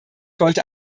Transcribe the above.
wollte